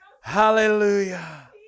Hallelujah